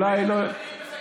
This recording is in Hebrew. אתה שהבאת,